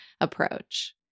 approach